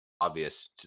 obvious